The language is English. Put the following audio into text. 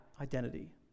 identity